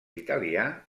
italià